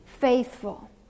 faithful